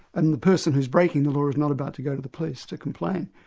and the person who's breaking the law is not about to go to the police to complain.